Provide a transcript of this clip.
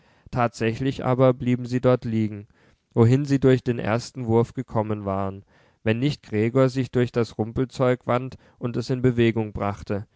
tatsächlich aber blieben sie dort liegen wohin sie durch den ersten wurf gekommen waren wenn nicht gregor sich durch das rumpelzeug wand und es in bewegung brachte